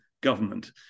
government